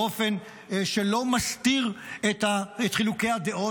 באופן שלא מסתיר את חילוקי הדעות,